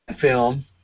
film